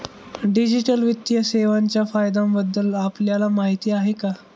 Digital वित्तीय सेवांच्या फायद्यांबद्दल आपल्याला माहिती आहे का?